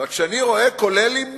אבל כשאני רואה, כולל עם